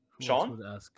Sean